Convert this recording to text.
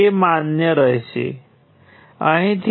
તેથી મારી પાસે ત્યાં G11G12 હશે ત્યાં G12 અને પ્રથમ હરોળ માટે 0 હશે